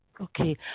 okay